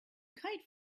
kite